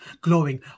glowing